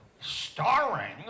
starring